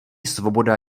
svoboda